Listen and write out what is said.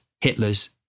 Hitler's